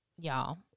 y'all